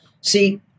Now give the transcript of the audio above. See